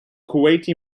kuwaiti